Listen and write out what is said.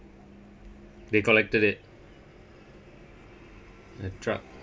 they collected it they have truck